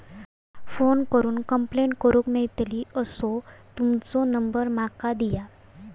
Phone करून complaint करूक मेलतली असो तुमचो नंबर माका दिया?